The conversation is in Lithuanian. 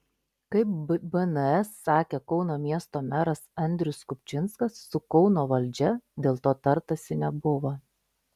kaip bns sakė kauno miesto meras andrius kupčinskas su kauno valdžia dėl to tartasi nebuvo